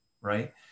right